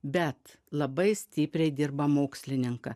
bet labai stipriai dirba mokslininkai